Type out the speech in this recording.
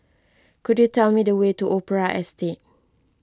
could you tell me the way to Opera Estate